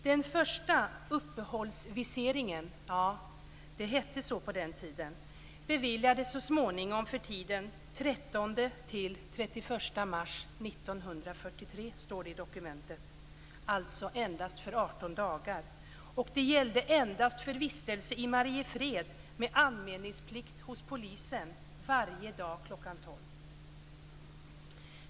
Den första uppehållsviseringen - ja, det hette så på den tiden - beviljades så småningom för tiden 13-31 mars 1943, står det i dokumentet. Den gällde alltså endast i 18 dagar, och endast för vistelse i Mariefred med anmälningsplikt hos polisen varje dag kl. 12.00.